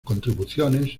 contribuciones